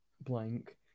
blank